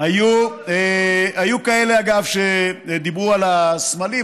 היו כאלה, אגב, שדיברו על הסמלים.